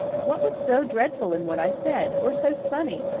what was so dreadful in what i said? or so funny?